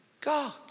God